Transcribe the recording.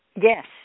Yes